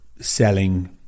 selling